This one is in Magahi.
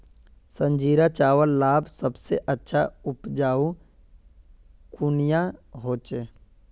संजीरा चावल लार सबसे अच्छा उपजाऊ कुनियाँ होचए?